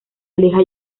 aleja